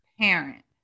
parent